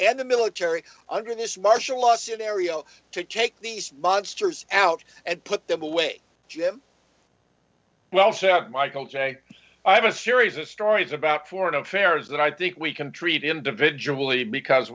and the military under this martial law scenario to take these monsters out and put them away jim well michael j i have a series of stories about foreign affairs that i think we can treat individually because